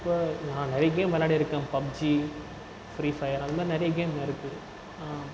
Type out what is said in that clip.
இப்போ நான் நிறைய கேம் விளையாடிருக்கேன் பப்ஜி ஃப்ரீ ஃபயர் அதுமாதிரி நிறைய கேம் இருக்குது